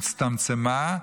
הצטמצמה,